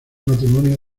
matrimonio